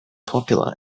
popular